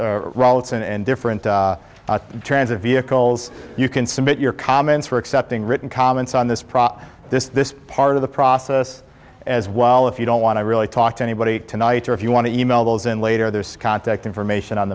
ralitsa and different in terms of vehicles you can submit your comments for accepting written comments on this prop this part of the process as well if you don't want to really talk to anybody tonight or if you want to e mail those in later there's contact information on